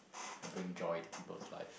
I bring joy to people's life